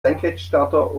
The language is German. senkrechtstarter